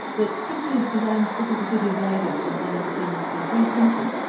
that christine de pizan's book of the city of ladies was one of the things that was reprinted.